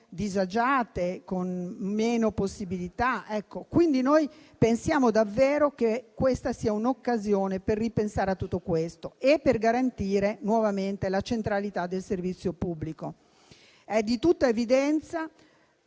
disagiate e con minori possibilità. Crediamo, quindi, che questa sia davvero un'occasione per ripensare a tutto questo e per garantire nuovamente la centralità del servizio pubblico. È di tutta evidenza